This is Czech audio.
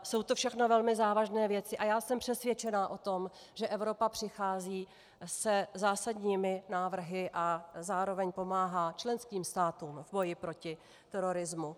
Jsou to všechno velmi závažné věci a jsem přesvědčena o tom, že Evropa přichází se zásadními návrhy a zároveň pomáhá členským státům v boji proti terorismu.